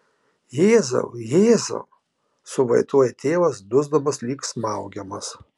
jėzau jėzau suvaitoja tėvas dusdamas lyg smaugiamas